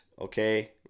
okay